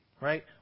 right